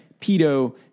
Pedo